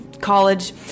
college